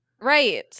Right